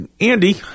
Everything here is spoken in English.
Andy